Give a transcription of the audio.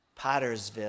Pottersville